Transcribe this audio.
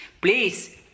Please